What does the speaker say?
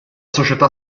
società